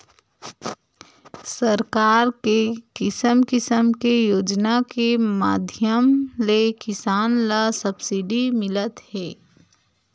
सरकार के किसम किसम के योजना के माधियम ले किसान ल सब्सिडी मिलत हे